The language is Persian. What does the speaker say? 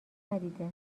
ندیده